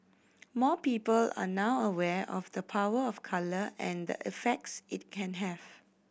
more people are now aware of the power of colour and the effects it can have